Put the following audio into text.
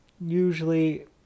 usually